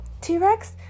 T-Rex